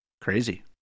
crazy